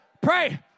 Pray